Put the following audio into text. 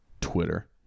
twitter